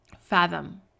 fathom